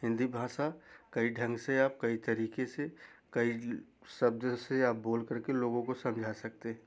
हिन्दी भाषा कई ढंग से आप कई तरीक़े से कई शब्द से आप बोलकर के लोगों को आप समझा सकते हैं